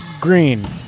Green